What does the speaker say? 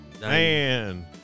Man